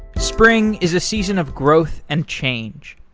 spring is a season of growth and change.